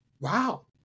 wow